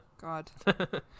god